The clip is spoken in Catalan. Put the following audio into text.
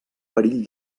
perill